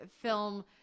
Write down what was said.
film